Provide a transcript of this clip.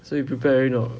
so you prepare already not